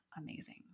amazing